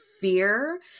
fear